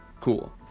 cool